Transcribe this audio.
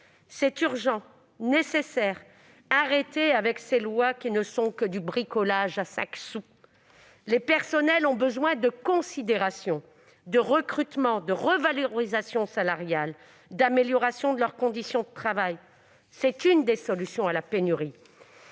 C'est urgent et nécessaire. Arrêtez donc de présenter des lois qui ne sont que du bricolage à cinq sous ! Les personnels ont besoin de considération, de recrutements, de revalorisation salariale et d'amélioration de leurs conditions de travail. Telles sont les solutions pour